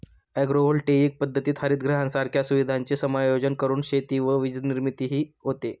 agrovoltaic पद्धतीत हरितगृहांसारख्या सुविधांचे समायोजन करून शेती व वीजनिर्मितीही होते